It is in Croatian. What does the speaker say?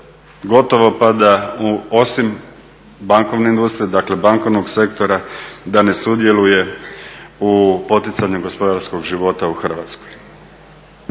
gotovo pada, osim u bankovnoj industriji, dakle bankovnog sektora da ne sudjeluje u poticanju gospodarskog života u Hrvatskoj.